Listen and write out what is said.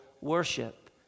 worship